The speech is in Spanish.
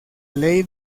ley